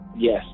yes